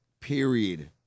Period